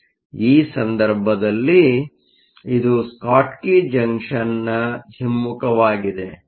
ಆದ್ದರಿಂದ ಈ ಸಂದರ್ಭದಲ್ಲಿ ಇದು ಸ್ಕಾಟ್ಕಿ ಜಂಕ್ಷನ್ನ ಹಿಮ್ಮುಖವಾಗಿದೆ